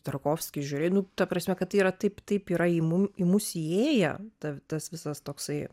tarkovskį žiūrė nu ta prasme kad tai yra taip taip yra į mum į mus įėję ta tas visas toksai